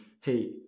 hey